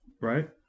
right